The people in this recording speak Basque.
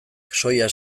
soia